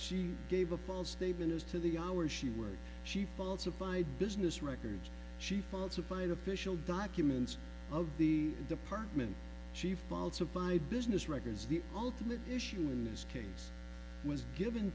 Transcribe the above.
she gave a false statement as to the hours she worked she falsified business records she falsified official documents of the department she falsified business records the ultimate issue in this case was given